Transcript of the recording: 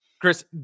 Chris